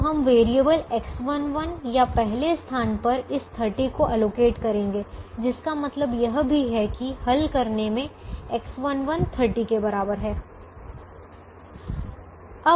तो हम variable X11 या पहले स्थान पर इस 30 को आवंटित करेंगे जिसका मतलब यह भी है कि हल करने में X11 30 के बराबर है